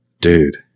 dude